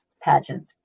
pageant